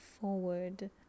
forward